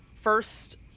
first